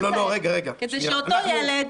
כדי שאותו ילד,